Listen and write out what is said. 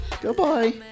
Goodbye